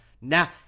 Now